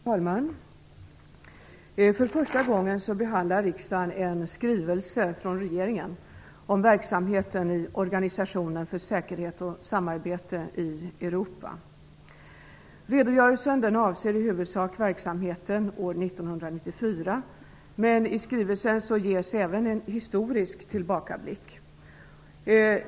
Herr talman! För första gången behandlar riksdagen en skrivelse från regeringen om verksamheten i 1994, men i skrivelsen görs även en historisk tillbakablick.